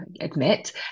admit